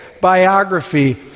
biography